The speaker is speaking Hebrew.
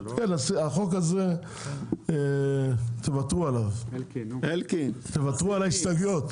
אלקין, תוותרו על ההסתייגויות.